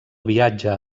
viatge